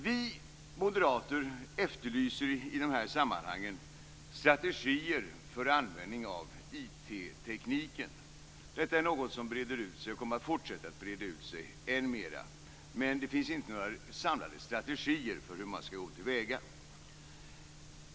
Vi moderater efterlyser i de här sammanhangen strategier för användning av informationstekniken. Det är något som breder ut sig och som kommer att fortsätta att breda ut sig än mera. Men det finns inte några samlade strategier för hur man skall gå till väga.